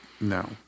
no